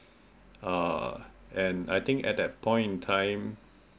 err and I think at that point in time